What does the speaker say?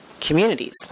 communities